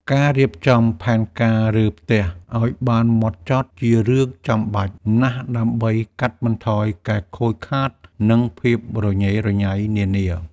ការរៀបចំផែនការរើផ្ទះឱ្យបានហ្មត់ចត់ជារឿងចាំបាច់ណាស់ដើម្បីកាត់បន្ថយការខូចខាតនិងភាពរញ៉េរញ៉ៃនានា។